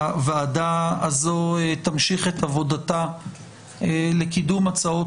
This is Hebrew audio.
הוועדה הו תמשיך את עבודתה לקידום הצעות